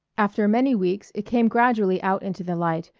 after many weeks it came gradually out into the light,